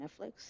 Netflix